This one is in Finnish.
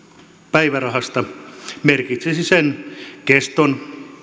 päivärahasta merkitsisi sen keston